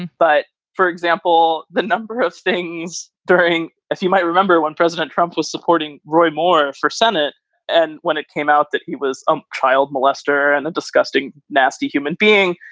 but, for example, the number of sightings during, as you might remember, when president trump was supporting roy moore for senate and when it came out that he was a child molester and a disgusting, nasty human being.